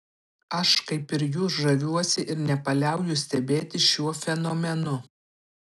aš kaip ir jūs žaviuosi ir nepaliauju stebėtis šiuo fenomenu